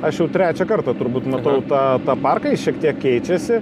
aš jau trečią kartą turbūt matau tą tą parką jis šiek tiek keičiasi